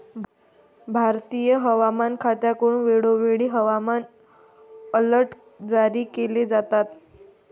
भारतीय हवामान खात्याकडून वेळोवेळी हवामान अलर्ट जारी केले जातात